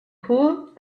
cooled